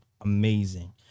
amazing